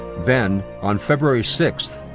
then, on february sixth,